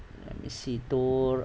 let me see tora~